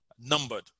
numbered